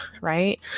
right